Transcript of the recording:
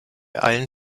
allen